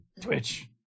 Twitch